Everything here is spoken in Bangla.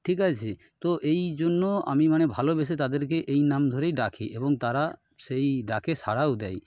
ঠিক আছে তো এই জন্য আমি মানে ভালোবেসে তাদেরকে এই নাম ধরেই ডাকি এবং তারা সেই ডাকে সাড়াও দেয়